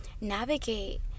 navigate